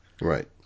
Right